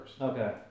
Okay